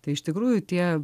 tai iš tikrųjų tie